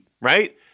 right